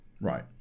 Right